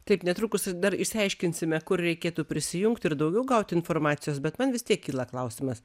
taip netrukus dar išsiaiškinsime kur reikėtų prisijungti ir daugiau gauti informacijos bet man vis tiek kyla klausimas